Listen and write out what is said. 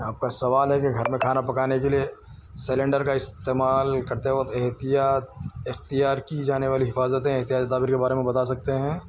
آپ کا سوال ہے کہ گھر میں کھانا پکانے کے لیے سیلنڈر کا استعمال کرتے وقت احتیاط اختیار کی جانے والی حفاظتیں احتیاطی تدابیر کے بارے میں بتا سکتے ہیں